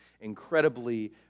incredibly